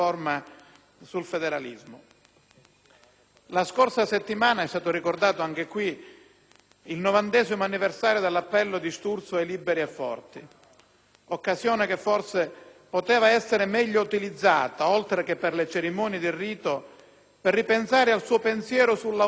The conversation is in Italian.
La scorsa settimana è stato ricordato anche in questa sede il novantesimo anniversario dell'appello di Sturzo ai "Liberi e Forti", occasione che forse poteva essere meglioutilizzata, oltre che per le cerimonie di rito, per ritornare con la mente al suo pensiero sull'autonomia, da cui si dipana oggi